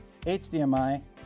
HDMI